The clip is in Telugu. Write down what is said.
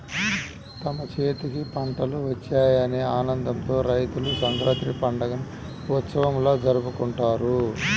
తమ చేతికి పంటలు వచ్చాయనే ఆనందంతో రైతులు సంక్రాంతి పండుగని ఉత్సవంలా జరుపుకుంటారు